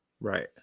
Right